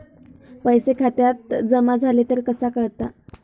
पैसे खात्यात जमा झाले तर कसा कळता?